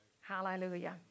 Hallelujah